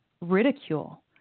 ridicule